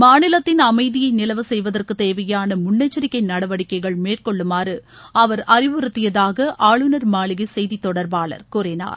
மாநிலத்தின் அமைதியை நிலவ செய்வதற்கு தேவையாள முன்னெச்சரிக்கை நடவடிக்கைகள் மேற்கொள்ளுமாறு அவர் அறிவறுத்தியதாக ஆளுநர் மாளிகை செய்தி தொடர்பாளர் கூறினார்